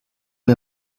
mir